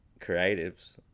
creatives